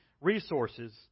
resources